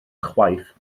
chwaith